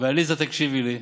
עליזה, תקשיבי לי,